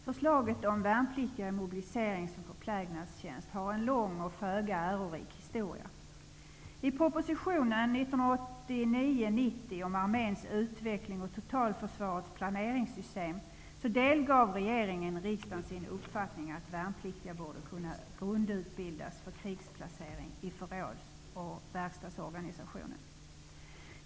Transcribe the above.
Fru talman! Förslaget om värnpliktiga i mobiliserings och förplägnadstjänst har en lång och föga ärorik historia. I propositionen 1989/90 Arméns utveckling och totalförsvarets planeringssystem delgav regeringen riksdagen sin uppfattning att värnpliktiga borde kunna grundutbildas för krigsplacering i förrådsoch verkstadsorganisationen.